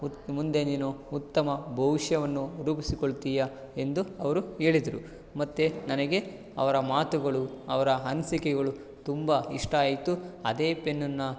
ಉ ಮುಂದೆ ನೀನು ಉತ್ತಮ ಭವಿಷ್ಯವನ್ನು ರೂಪಿಸಿಕೊಳ್ತೀಯ ಎಂದು ಅವರು ಹೇಳಿದ್ರು ಮತ್ತು ನನಗೆ ಅವರ ಮಾತುಗಳು ಅವರ ಅನಿಸಿಕೆಗಳು ತುಂಬ ಇಷ್ಟ ಆಯಿತು ಅದೇ ಪೆನ್ನನ್ನು